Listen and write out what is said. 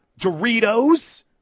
Doritos